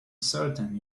certain